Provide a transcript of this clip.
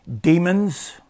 demons